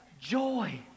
joy